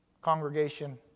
congregation